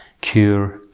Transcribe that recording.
cure